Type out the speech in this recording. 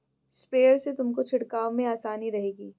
sprayer से तुमको छिड़काव में आसानी रहेगी